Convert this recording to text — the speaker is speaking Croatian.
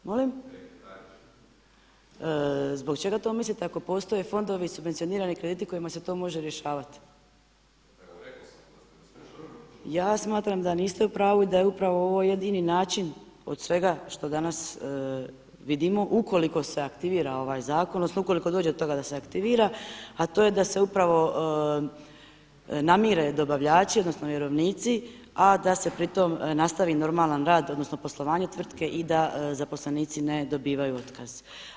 Molim? … [[Upadica se ne razumije.]] zbog čega to mislite ako postoje fondovi subvencionirani krediti kojima se to može rješavati. … [[Upadica se ne razumije.]] Ja smatram da niste u pravu i da je upravo ovo jedini način od svega što danas vidimo, ukoliko se aktivira ovaj zakon, odnosno ukoliko dođe do toga da se aktivira, a to je da se upravo namire dobavljači odnosno vjerovnici, a da se pri tom nastavi normalan rad odnosno poslovanje tvrtke i da zaposlenici ne dobivaju otkaz.